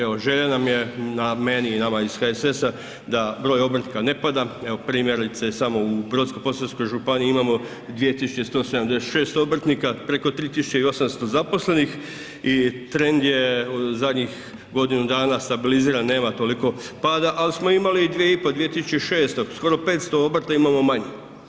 Evo, želja nam je, meni i nama iz HSS-a da broj obrtnika ne pada, evo, primjerice samo u Brodsko-posavskoj županiji imamo 2176 obrtnika, preko 3800 zaposlenih i trend je zadnjih godinu dana stabiliziran, nema toliko pada, ali smo imali 2,5, 2006 skoro 500 imamo manje.